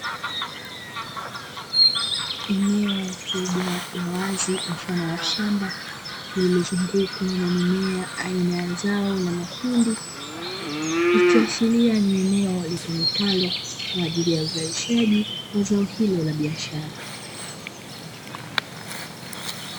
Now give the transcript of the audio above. Eneo kubwa la wazi mfano wa shamba lililozungukwa na mimea aina ya zao la mahindi, ikiashiria ni eneo litumikalo kwa ajili ya uzalishaji wa zao hilo la biashara.